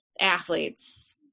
athletes